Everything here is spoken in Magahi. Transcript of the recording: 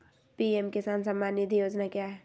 पी.एम किसान सम्मान निधि योजना क्या है?